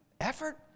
effort